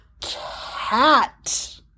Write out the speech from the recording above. cat